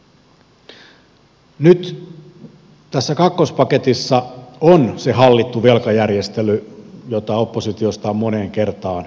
nyt tässä kakkospaketissa on se hallittu velkajärjestely jota oppositiosta on moneen kertaan vaadittu